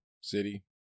City